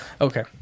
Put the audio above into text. Okay